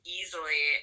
easily